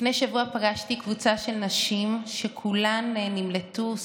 לפני שבוע פגשתי קבוצה של נשים שכולן נמלטו,